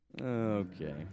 Okay